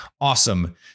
Awesome